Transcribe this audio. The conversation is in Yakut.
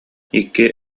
икки